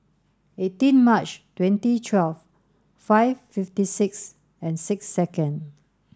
eighteen Mar twenty twelve five fifty six and six second